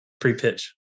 pre-pitch